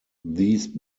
these